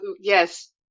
yes